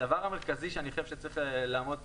הדבר המרכזי שאני חושב שצריך לעמוד כאן